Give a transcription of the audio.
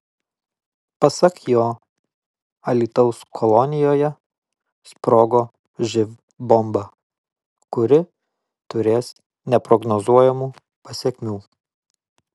pasak jo alytaus kolonijoje sprogo živ bomba kuri turės neprognozuojamų pasekmių